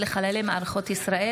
אסירים וכלואים (הוראת שעה,